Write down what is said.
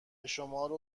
شمارو